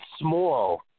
small